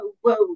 whoa